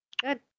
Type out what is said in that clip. Good